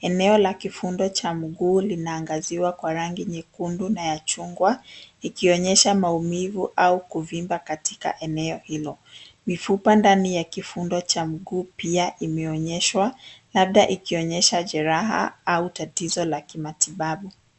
Eneo la kifundo cha mguu inaangaziwa kwa rangi nyekundu na chungwa ikionyesha maumivu au kuvimba katika eneo hilo. Mifupa ndani ya kifundo cha mguu pia imeonyeshwa labda ikionyesha jeraha au tatizo la kimatibabu.